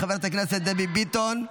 חברת הכנסת דבי ביטון,